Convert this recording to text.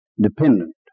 dependent